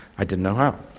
i didn't know how.